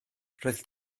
roedd